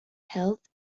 health